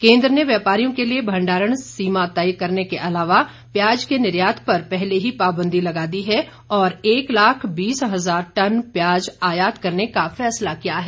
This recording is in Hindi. केन्द्र ने व्यापारियों के लिए भंडारण सीमा तय करने के अलावा प्याज के निर्यात पर पहले ही पाबंदी लगा दी है और एक लाख बीस हजार टन प्याज आयात करने का फैसला किया है